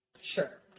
Sure